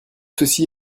ceci